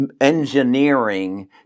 engineering